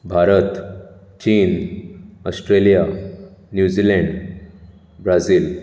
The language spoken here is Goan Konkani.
भारत चीन ऑस्ट्रेलिया न्युजीलेंड ब्राजिल